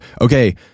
okay